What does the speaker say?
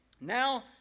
Now